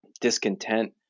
discontent